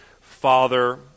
Father